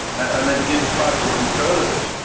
and they begin to fight for control of it.